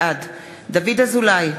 בעד דוד אזולאי,